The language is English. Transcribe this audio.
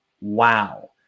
wow